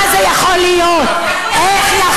מה זה, איך הוא יכול לסרב לקבל הסתייגות, רויטל?